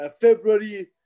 February